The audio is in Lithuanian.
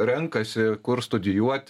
renkasi kur studijuoti